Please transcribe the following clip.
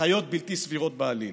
הנחיות בלתי סבירות בעליל.